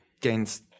Gains